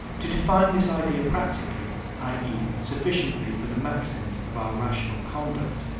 to define this idea practically, i e, sufficiently for the maxims of our rational conduct,